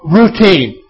routine